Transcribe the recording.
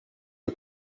you